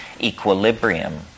equilibrium